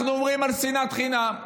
אנחנו אומרים, על שנאת חינם.